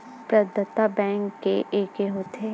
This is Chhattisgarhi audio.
प्रदाता बैंक के एके होथे?